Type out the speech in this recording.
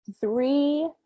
three